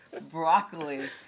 Broccoli